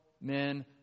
men